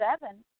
seven